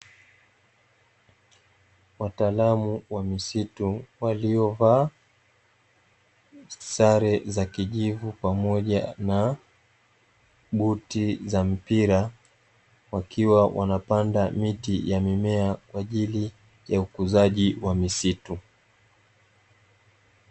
Wataamu wa misitu waliovaa sare za kijivu pamoja na buti za mpira wakiwa wanapanda miti ya mimea kwa ajili ya ukuzaji wa misitu.